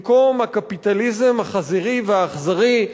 במקום הקפיטליזם החזירי והאכזרי,